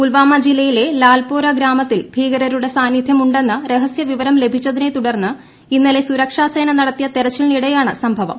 പുൽവാമ ജില്ലയിലെ ലാൽപോര ഗ്രാമത്തിൽ ഭീകരരുടെ സാന്നിധ്യാ ഉണ്ടെന്ന് രഹസ്യവിവരം ലഭിച്ചതിനെത്തുടർന്ന് ഇന്നലെ സുരക്ഷാ സേന നടത്തിയ തെരച്ചിലിനിടെയാണ് സംഭവം